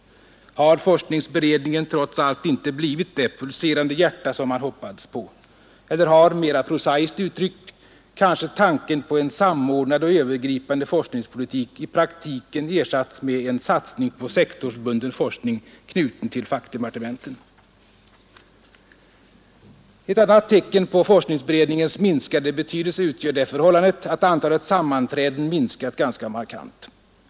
Har forskningsberedningen trots allt inte blivit det pulserande hjärta som man hoppades på? Eller har — mera prosaiskt uttryckt — kanske tanken på en samordnad och övergripande forskningspolitik i praktiken ersatts med en satsning på sektorsbunden forskning, knuten till fackdepartementen? Ett annat tecken på forskningsberedningens minskade betydelse utgör det förhållandet att antalet sammanträden minskat ganska markant.